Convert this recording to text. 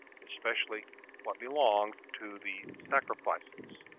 especially what belonged to the sacrifices.